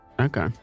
Okay